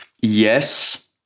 Yes